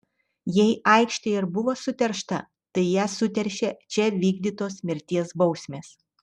jei aikštė ir buvo suteršta tai ją suteršė čia vykdytos mirties bausmės